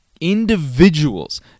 individuals